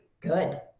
good